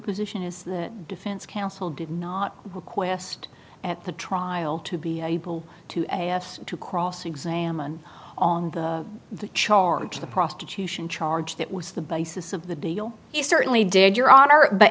position is the defense counsel did not request at the trial to be able to to cross examine the charge of the prostitution charge that was the basis of the deal he certainly did your honor but